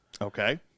okay